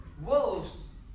wolves